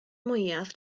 mwyaf